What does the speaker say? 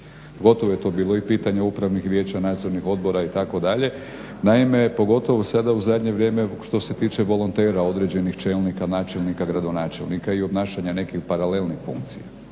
Pogotovo je to bilo i pitanje upravnih vijeća, nadzornih odbora itd.. Naime, pogotovo sada u zadnje vrijeme što se tiče volontera određenih čelnika, načelnika, gradonačelnika i obnašanja nekih paralelnih funkcija.